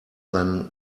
than